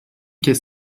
kez